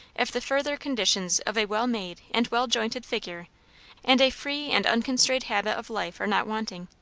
if the further conditions of a well-made and well-jointed figure and a free and unconstrained habit of life are not wanting.